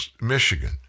Michigan